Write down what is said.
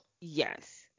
Yes